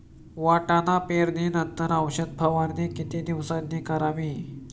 वाटाणा पेरणी नंतर औषध फवारणी किती दिवसांनी करावी?